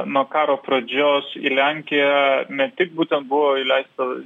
nuo karo pradžios į lenkiją ne tik būtent buvo įleista